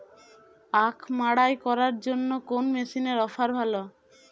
আখ মাড়াই করার জন্য কোন মেশিনের অফার ভালো?